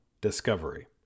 discovery